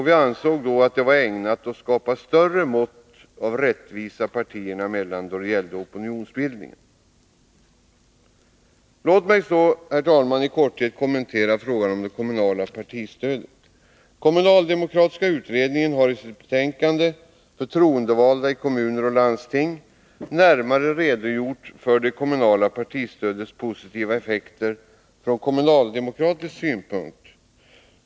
Vi ansåg att det var ägnat att skapa ett större mått av rättvisa partierna emellan då det gällde opinionsbildningen. Låt mig, herr talman, i korthet kommentera frågan om det kommunala partistödet. Kommunaldemokratiska utredningen har i sitt betänkande Förtroendevalda i kommuner och landsting närmare redogjort för det kommunala partistödets positiva effekter från kommunaldemokratisk synpunkt.